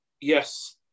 Yes